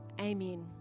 Amen